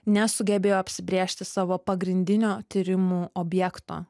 nesugebėjo apsibrėžti savo pagrindinio tyrimų objekto